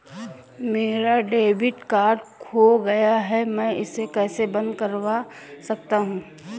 मेरा debit card खो गया है मैं इसे कैसे बंद करवा सकता हूँ?